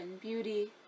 beauty